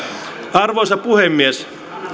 arvoisa puhemies